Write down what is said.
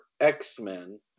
X-Men